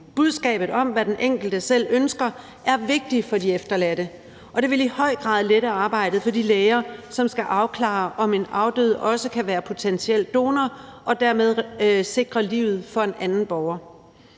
Budskabet om, hvad den enkelte selv ønsker, er vigtigt for de efterladte, og det vil i høj grad lette arbejdet for de læger, som skal afklare, om en afdød også kan være potentiel donor og dermed sikre livet for en anden borger.